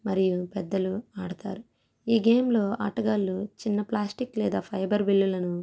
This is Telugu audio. పెద్దలు ఆడతారు ఈ గేమ్లో ఆటగాళ్లు చిన్న ప్లాస్టిక్ లేదా ఫైబర్ బిళ్లలను